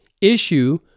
issue